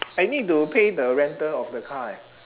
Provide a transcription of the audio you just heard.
I need to pay the rental of the car eh